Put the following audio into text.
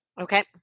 Okay